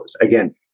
Again